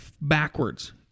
backwards